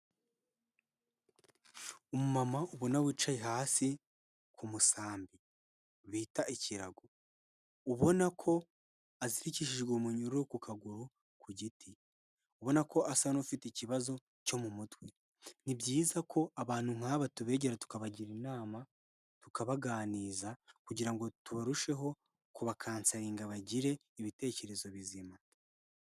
Umumama ubona wicaye hasi ku musambi bita ikirago. Ubona ko azirikishijwe umunyururu ku kaguru, ku giti. Ubona ko asa n'ufite ikibazo cyo mu mutwe. Ni byiza ko abantu nk'aba tubegera tukabagira inama tukabaganiza kugira ngo turusheho kubakasaringa bagire ibitekerezo bizima.